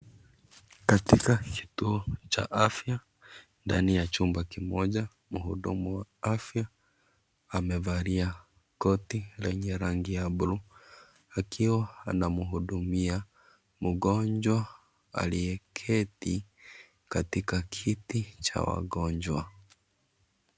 Katika kituo cha afya ndani ya chumba kimoja, mhudumu wa afya amevalia koti lenye rangi ya buluu akiwa anamhudumia mgonjwa aliyeketi katika kiti cha wagonjwa.